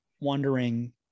wondering